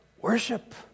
Worship